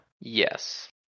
Yes